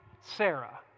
Sarah